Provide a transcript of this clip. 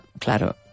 claro